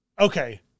okay